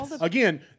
Again